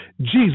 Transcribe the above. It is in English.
Jesus